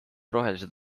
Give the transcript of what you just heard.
rohelised